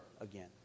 again